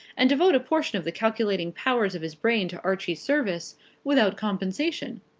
and devote a portion of the calculating powers of his brain to archie's service without compensation?